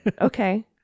okay